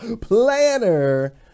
planner